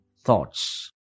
thoughts